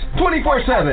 24-7